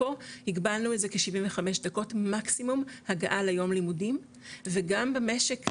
פה הגבלנו את זה כ-75 דקות מקסימום הגעה ליום הלימודים וגם במשק,